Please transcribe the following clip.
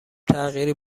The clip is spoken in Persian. تغییری